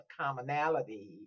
commonality